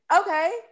okay